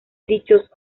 dichos